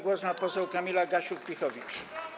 Głos ma poseł Kamila Gasiuk-Pihowicz.